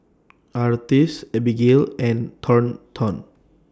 Artis Abigale and Thornton